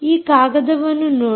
ಈ ಕಾಗದವನ್ನು ನೋಡಿ